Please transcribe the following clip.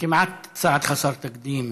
כמעט צעד חסר תקדים